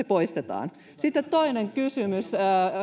poistetaan sitten toinen kysymys